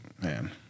Man